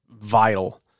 vital